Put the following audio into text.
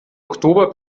oktober